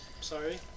Sorry